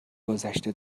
گدشته